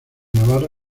navarra